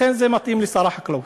לכן זה מתאים לשר החקלאות,